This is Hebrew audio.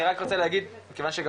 אני רק רוצה להגיד, כי מה שגם